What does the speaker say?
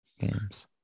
games